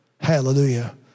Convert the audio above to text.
Hallelujah